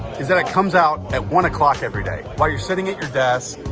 is that it comes out at one o'clock every day, while you're sitting at your desk,